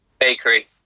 bakery